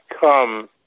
come